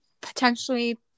potentially